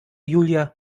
julia